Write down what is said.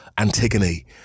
antigone